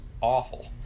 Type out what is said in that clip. awful